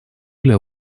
для